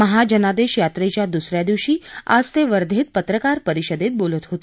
महाजनादेश यात्रेच्या दुसऱ्या दिवशी आज ते वध्यात पत्रकार परिषदेत बोलत होते